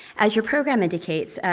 as your program indicates,